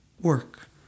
work